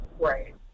Right